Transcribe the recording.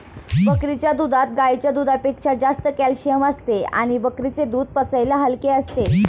बकरीच्या दुधात गाईच्या दुधापेक्षा जास्त कॅल्शिअम असते आणि बकरीचे दूध पचायला हलके असते